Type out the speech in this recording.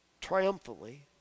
triumphantly